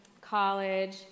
college